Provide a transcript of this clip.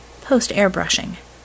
post-airbrushing